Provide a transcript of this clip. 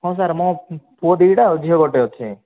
ହଁ ସାର୍ ମୋ ପୁଅ ଦୁଇଟା ଆଉ ଝିଅ ଗୋଟେ ଅଛି